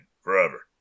Forever